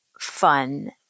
fun